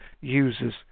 users